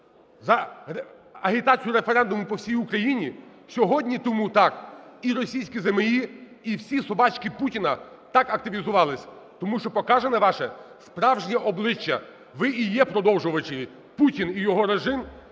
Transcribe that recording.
за агітацію референдуму по всій України, сьогодні тому так і російські ЗМІ, і всі "собачки" Путіна так активізувались, тому що показано ваше справжнє обличчя. Ви і є продовжувачі, Путін і його режим,